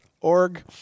org